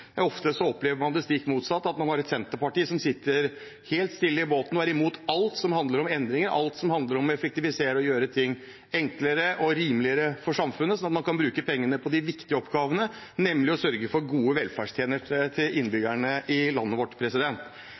Ofte opplever man det stikk motsatte, at man har et senterparti som sitter helt stille i båten og er imot alt som handler om endringer, alt som handler om å effektivisere og å gjøre ting enklere og rimeligere for samfunnet – det som gjør at man kan bruke pengene på de viktige oppgavene, nemlig å sørge for gode velferdstjenester til innbyggerne i landet vårt.